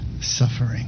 suffering